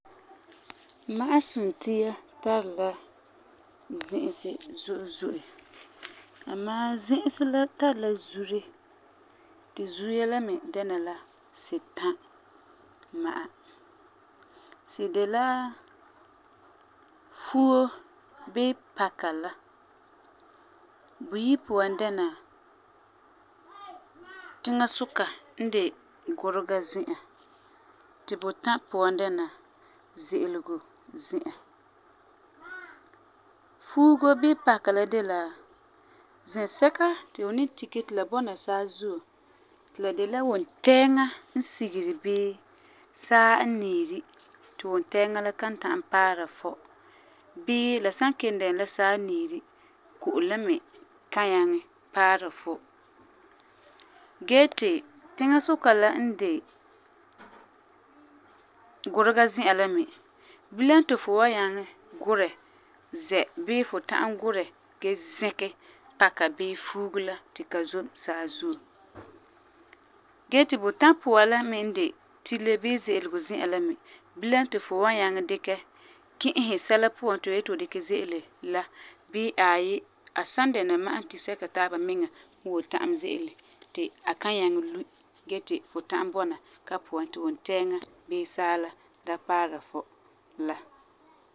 Ma'asuntia tari la zi'isi zo'e zo'e. Amaa, zi'isi la me tari la zure, ti zuya la me dɛna la la sitã ma'a. Si de la fuo bii paka la, buyi puan dɛna tiŋasuka n de gurega zi'an ti butã puan dɛna ze'elego zi'an. Fuugo bii paka la de la, zɛsɛka ti fu ni tike ti la bɔna saazuo, ti la de la wuntɛɛŋa n sigeri bii saa n niiri, ti wuntɛɛŋa la kan ta'am paara fu bii la san kelum dɛna la saa n niiri, ko'om la me kan nyaŋɛ paara fu. Gee ti tiŋasuka la n de gurega zi'an la me, bilam ti fu wan nyaŋɛ gurɛ zɛa bii fu ta'am gurɛ gee zɛkɛ paka bii fuugo la ti ka zom saazuo. Gee ti butã puan la me n de tile bii ze'elego zi'an la me, bilam ti fu wan nyaŋɛ dikɛ ki'isɛ sɛla puan ti fu yeti fu dikɛ ze'ele la, bii aai a san dɛna ma'asumtisɛka taaba miŋa n wan ta'am ze'ele ti a kan nyaŋɛ lui gee ti fu bɔna ka puan ti wuntɛɛŋa bii saala da paara fu la.